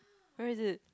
where is it